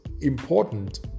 important